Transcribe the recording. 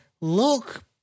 look